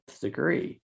degree